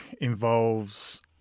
involves